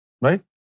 right